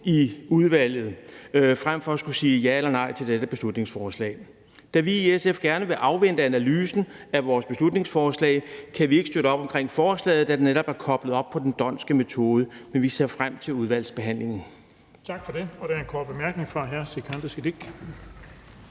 i udvalget frem for at skulle sige ja eller nej til dette beslutningsforslag. Da vi i SF gerne vil afvente analysen af vores beslutningsforslag, kan vi ikke støtte op om forslaget, da det netop er koblet op på den d'Hondtske metode, men vi ser frem til udvalgsbehandlingen.